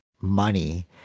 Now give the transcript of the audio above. money